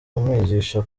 umwigisha